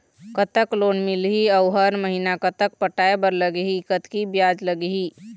कतक लोन मिलही अऊ हर महीना कतक पटाए बर लगही, कतकी ब्याज लगही?